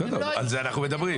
בסדר, על זה אנחנו מדברים.